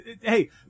Hey